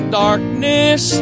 darkness